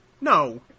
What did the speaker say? no